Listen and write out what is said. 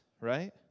right